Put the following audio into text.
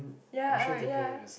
ya um ya